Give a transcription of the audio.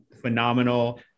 phenomenal